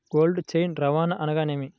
Cold chain రవాణా అనగా నేమి?